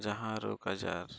ᱡᱟᱦᱟᱸ ᱨᱳᱜᱽᱼᱟᱡᱟᱨ